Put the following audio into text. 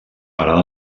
parada